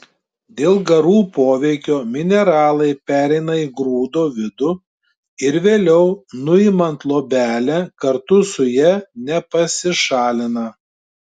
dėl garų poveikio mineralai pereina į grūdo vidų ir vėliau nuimant luobelę kartu su ja nepasišalina